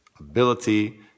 ability